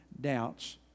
doubts